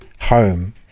home